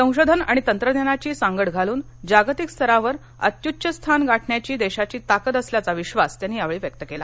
संशोधन आणि तंत्रज्ञानाची सांगड घालून जागतिक स्तरावर अत्युच्च स्थान गाठण्याची देशाची ताकद असल्याचा विश्वास त्यांनी यावेळी व्यक्त केला